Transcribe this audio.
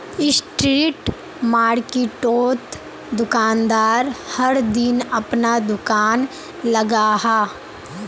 street मार्किटोत दुकानदार हर दिन अपना दूकान लगाहा